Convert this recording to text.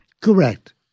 Correct